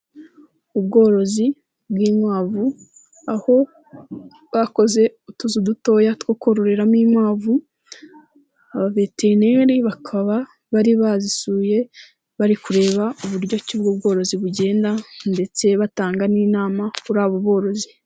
Ubworozi bw'inkwavu aho bakoze utuzu dutoya two kororeramo inkwavu, abaveterineri bakaba bari bazisuye bari kureba uburyo ki ubu bworozi bugenda, ndetse batanga n'inama kuri abo borozi.